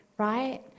right